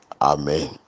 Amen